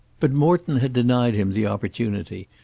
but morton had denied him the opportunity,